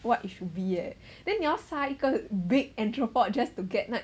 what it should be leh then 你要杀一个 big entrepot just to get 那